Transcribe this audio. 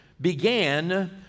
began